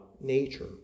nature